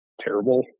terrible